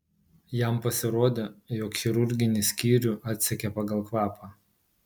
jam pasirodė jog chirurginį skyrių atsekė pagal kvapą